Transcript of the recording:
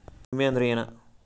ವಿಮೆ ಅಂದ್ರೆ ಏನ?